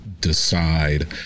decide